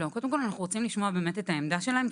אנחנו רוצים לשמוע את העמדה שלהם.